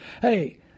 hey